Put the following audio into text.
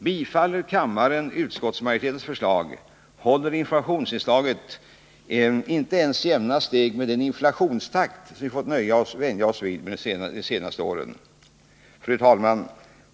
Bifaller kammaren utskottsmajoritetens förslag, håller informationsanslaget inte ens jämna steg med den inflationstakt vi fått vänja oss vid de senaste åren. Fru talman!